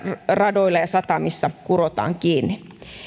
radoilla ja satamissa kurotaan kiinni